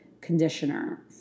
conditioner